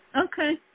Okay